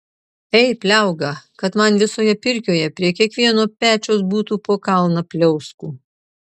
ei pliauga kad man visoje pirkioje prie kiekvieno pečiaus būtų po kalną pliauskų